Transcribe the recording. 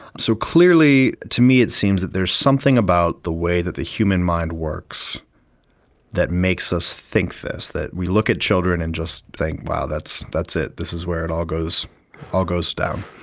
so clearly to me it seems that there is something about the way that the human mind works that makes us think this, that we look at children and just think, wow, that's that's it, this is where it all goes all goes down.